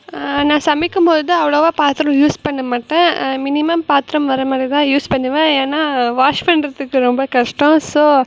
நான் சமைக்கும் பொழுது அவ்வளவா பாத்திரம் யூஸ் பண்ண மாட்டேன் மினிமம் பாத்திரம் வர மாதிரி தான் யூஸ் பண்ணுவேன் ஏன்னால் வாஷ் பண்ணுறத்துக்கு ரொம்ப கஷ்டம் ஸோ